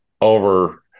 over